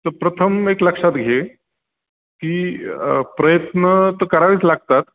त प्रथम एक लक्षात घे की प्रयत्न तर करावीच लागतात